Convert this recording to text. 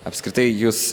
apskritai jūs